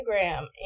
Instagram